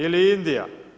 Ili Indija?